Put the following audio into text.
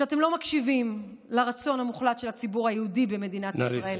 שאתם לא מקשיבים לרצון המוחלט של הציבור היהודי במדינת ישראל,